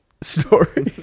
story